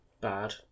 bad